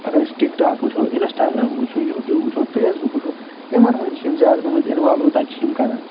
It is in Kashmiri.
اگر أسۍ ٹِک ٹاک وُچھو انسٹاگرٛام وُچھو یوٗٹیٛوٗب وُچھو فیس بُک وُچھو یِمن مَنٛز چھِ یِم زیاد گٔمٕتۍ انوالو تتہِ چھِ یِم کَران